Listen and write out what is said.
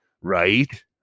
Right